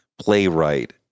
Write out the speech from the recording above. playwright